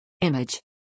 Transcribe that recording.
Image